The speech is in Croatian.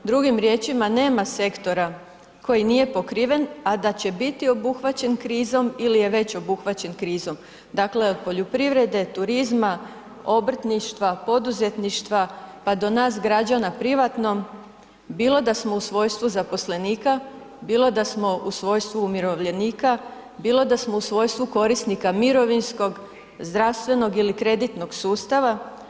Drugim riječima nema sektora koji nije pokriven, a da će biti obuhvaćen krizom ili je već obuhvaćen krizom, dakle od poljoprivrede, turizma, obrtništva, poduzetništva pa do nas građana privatno bilo da smo u svojstvu zaposlenika, bilo da smo u svojstvu umirovljenika, bilo da smo u svojstvu korisnika mirovinskog, zdravstvenog ili kreditnog sustava.